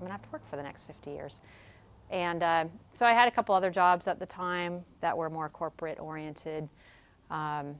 i mean i work for the next fifty years and so i had a couple other jobs at the time that were more corporate oriented i